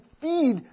feed